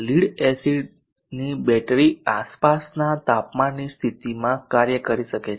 lead એસિડની battery આસપાસના તાપમાનની સ્થિતિમાં કાર્ય કરી શકે છે